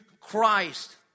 Christ